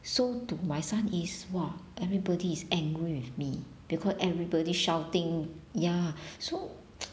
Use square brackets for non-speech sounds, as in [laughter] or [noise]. so to my son is !wah! everybody is angry with me because everybody shouting ya so [noise]